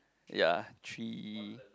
ya three